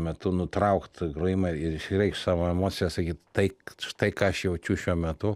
metu nutraukti grojimą ir išreikšt savo emocijas sakyt tai štai ką aš jaučiu šiuo metu